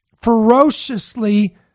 ferociously